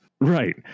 right